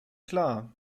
klar